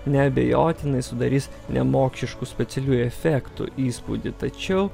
neabejotinai sudarys nemokšiškų specialiųjų efektų įspūdį tačiau